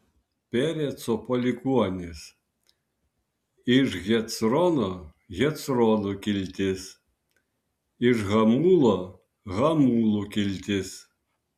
pereco palikuonys iš hecrono hecronų kiltis iš hamulo hamulų kiltis